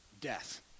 death